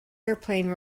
airplane